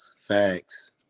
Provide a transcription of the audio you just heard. facts